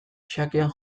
xakean